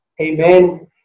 Amen